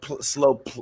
slow